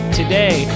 today